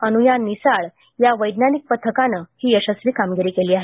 अनुया निसाळ या वैज्ञानिक पथकानं ही यशस्वी कामगिरी केली आहे